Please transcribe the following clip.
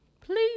Please